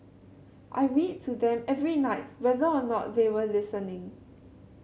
I read to them every night whether or not they were listening